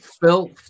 Phil